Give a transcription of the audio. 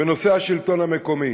בנושא השלטון המקומי.